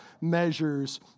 measures